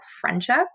friendship